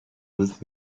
with